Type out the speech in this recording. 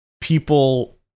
people